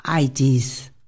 IDs